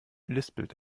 lispelt